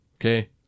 Okay